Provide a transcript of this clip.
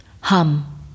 Hum